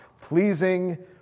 pleasing